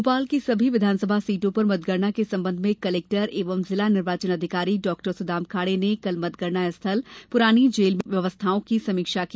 भोपाल की सभी विधानसभा सीटों पर मतगणना के संबंध में कलेक्टर एवं जिला निर्वाचन अधिकारी डॉ सुदाम खाड़े ने कल मतगणना स्थल पुरानी जेल में व्यवस्थाओं की समीक्षा की